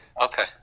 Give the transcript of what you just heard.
okay